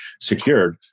secured